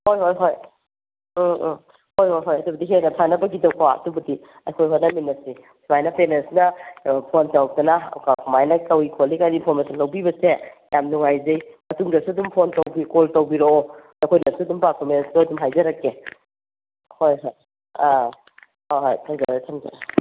ꯍꯣꯏ ꯍꯣꯏ ꯍꯣꯏ ꯎꯝ ꯎꯝ ꯍꯣꯏ ꯍꯣꯏ ꯍꯣꯏ ꯑꯗꯨꯕꯨꯗꯤ ꯍꯦꯟꯅ ꯐꯅꯕꯤꯒꯤꯗꯀꯣ ꯑꯗꯨꯕꯨꯗꯤ ꯑꯩꯈꯣꯏ ꯍꯣꯠꯅꯃꯤꯟꯅꯁꯦ ꯁꯨꯃꯥꯏꯅ ꯄꯦꯔꯦꯟꯁꯅ ꯐꯣꯟ ꯇꯧꯔꯛꯇꯅ ꯀꯃꯥꯏꯅ ꯇꯧꯔꯤ ꯈꯣꯠꯂꯤꯒ ꯏꯟꯐꯣꯔꯃꯦꯁꯟ ꯂꯧꯕꯤꯕꯁꯦ ꯌꯥꯝꯅ ꯅꯨꯡꯉꯥꯏꯖꯩ ꯃꯇꯨꯡꯗꯁꯨ ꯑꯗꯨꯝ ꯐꯣꯟ ꯀꯣꯜ ꯇꯧꯕꯤꯔꯛꯑꯣ ꯑꯩꯈꯣꯏꯅꯁꯨ ꯑꯗꯨꯝ ꯄꯥꯔꯐꯣꯃꯦꯟꯁꯇꯨ ꯍꯥꯏꯖꯔꯛꯀꯦ ꯍꯣꯏ ꯍꯣꯏ ꯑꯥ ꯍꯣꯏ ꯍꯣꯏ ꯊꯝꯖꯔꯦ ꯊꯝꯖꯔꯦ